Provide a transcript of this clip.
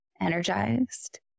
energized